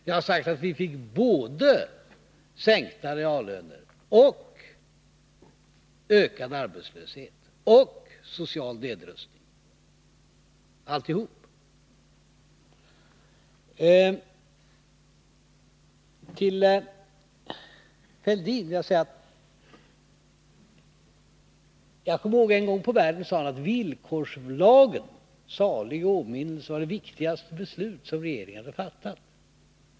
Jag har sagt att vi fick både sänkta reallöner och ökad arbetslöshet och social nedrustning — alltihop. Till Thorbjörn Fälldin vill jag säga att jag kommer ihåg att han en gång i världen sade att beslutet om villkorslagen, salig i åminnelse, var det viktigaste beslut som regeringen har fattat.